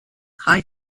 high